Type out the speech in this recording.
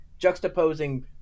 juxtaposing